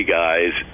guys